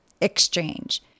exchange